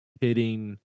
hitting